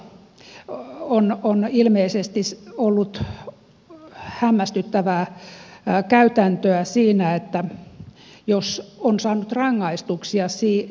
vantaan kouluissa on ilmeisesti ollut hämmästyttävää käytäntöä siinä jos on saanut rangaistuksia siitä että kouluissa puhutaan suomen kieltä